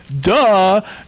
duh